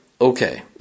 okay